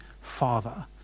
Father